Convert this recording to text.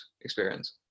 experience